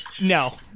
No